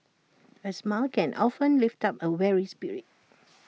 A smile can often lift up A weary spirit